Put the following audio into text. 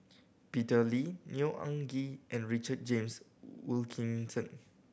Peter Lee Neo Anngee and Richard James Wilkinson